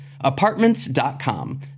Apartments.com